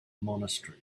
monastery